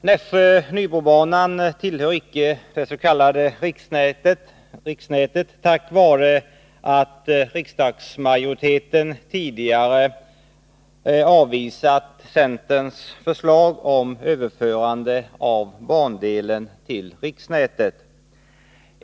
Nässjö-Nybro-banan tillhör icke det s.k. riksnätet på grund av att riksdagsmajoriteten tidigare avvisat centerns förslag om överförande av bandelen till riksnätet.